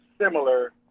similar